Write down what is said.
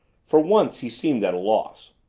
for once he seemed at a loss.